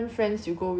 感觉的